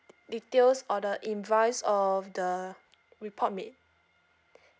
details or the invoice of the report made